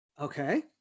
Okay